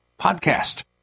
PODCAST